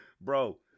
Bro